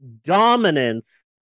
dominance